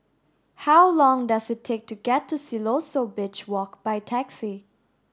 how long does it take to get to Siloso Beach Walk by taxi